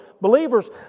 believers